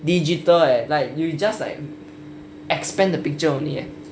digital leh like you just like expand the picture only